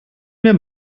mir